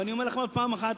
ואני אומר לכם עוד פעם אחת,